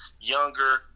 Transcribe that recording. younger